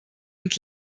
und